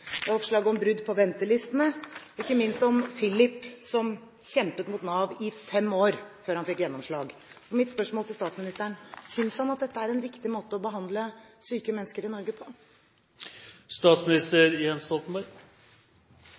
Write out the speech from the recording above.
oppslag om brudd på ventelistene – ikke minst om Filip, som kjempet mot Nav i fem år før han fikk gjennomslag. Mitt spørsmål til statsministeren er: Synes han at dette er en riktig måte å behandle syke mennesker i Norge